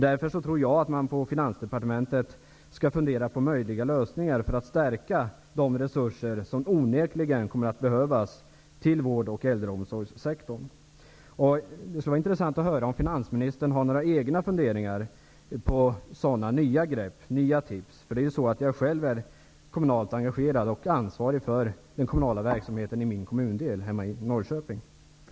Därför tror jag att man på Finansdepartementet skall fundera på möjliga lösningar för att stärka de resurser som onekligen kommer att behövas till vård och äldreomsorgssektorn. Det skulle vara intressant att höra om finansministern har några egna funderingar på sådana nya grepp. Jag är själv kommunalt engagerad och ansvarig för den kommunala verksamheten i min kommundel hemma i